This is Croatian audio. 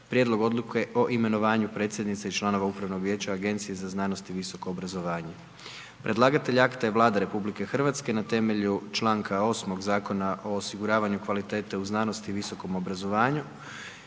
Prijedlog odluke o imenovanju predsjednice i članova Upravnog vijeća Agencije za znanost i visoko obrazovanje Predlagatelj akta je Vlada Republike Hrvatske na temelju čl. 8. Zakona o osiguravanja kvalitete u znanosti i visokom obrazovanju.